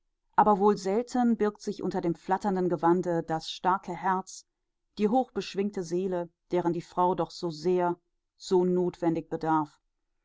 aber wohl selten birgt sich unter dem flatternden gewande das starke herz die hochbeschwingte seele deren die frau doch so sehr so nothwendig bedarf